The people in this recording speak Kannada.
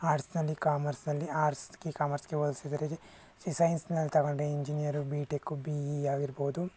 ಆರ್ಟ್ಸ್ನಲ್ಲಿ ಕಾಮರ್ಸಲ್ಲಿ ಆರ್ಟ್ಸ್ಗೆ ಕಾಮರ್ಸ್ಗೆ ಹೋಲಿಸಿದ್ರೆ ಸಿ ಸೈನ್ಸ್ನಲ್ಲಿ ತಗೊಂಡರೆ ಇಂಜಿನಿಯರು ಬಿ ಟೆಕ್ಕು ಬಿ ಇಯಾಗಿರ್ಬೋದು